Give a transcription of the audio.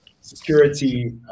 security